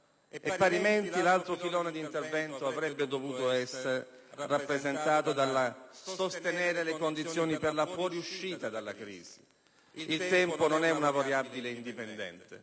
Parimenti, l'altro filone di intervento avrebbe dovuto essere rappresentato dal sostenere le condizioni per la fuoriuscita dalla crisi. Il tempo non è una variabile indipendente,